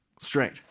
straight